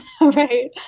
Right